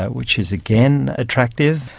which is again attractive.